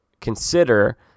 consider